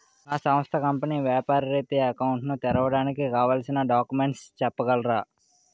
నా సంస్థ కంపెనీ వ్యాపార రిత్య అకౌంట్ ను తెరవడానికి కావాల్సిన డాక్యుమెంట్స్ చెప్పగలరా?